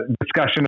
discussion